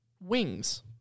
wings